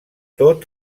tot